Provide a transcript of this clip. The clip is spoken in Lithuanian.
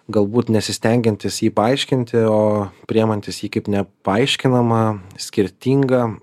galbūt nesistengiantys jį paaiškinti o priemantys jį kaip nepaaiškinamą skirtingą